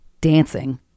dancing